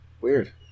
weird